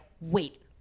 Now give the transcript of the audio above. wait